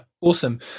Awesome